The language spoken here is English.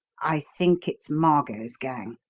i think it's margot's gang.